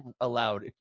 allowed